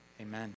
Amen